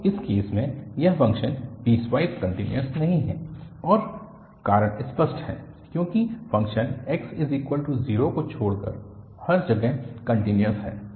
तो इस केस में यह फ़ंक्शन पीसवाइस कन्टिन्यूअस नहीं है और कारण स्पष्ट है क्योंकि फ़ंक्शन x0 को छोड़कर हर जगह कन्टिन्यूअस है